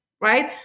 right